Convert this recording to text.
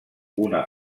una